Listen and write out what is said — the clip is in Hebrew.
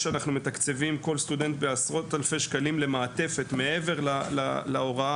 כל סטודנט אנחנו מתקצבים בעשרות אלפי שקלים למעטפת מעבר להוראה.